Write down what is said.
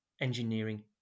engineering